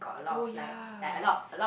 oh ya